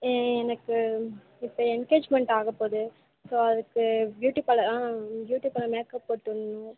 ஏ எனக்கு இப்போ என்கேஜ்மெண்ட் ஆகப்போகுது ஸோ அதுக்கு பியூட்டி பார்லர் ஆ பியூட்டி பார்லர் மேக்அப் போட்டு விட்ணும்